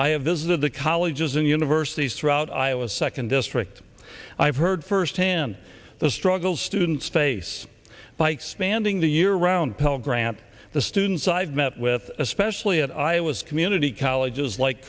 i have visited the colleges and universities throughout iowa second district i've heard firsthand the struggles students face by expanding the year round pell grant the students i've met with especially at iowa's community colleges like